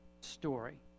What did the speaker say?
story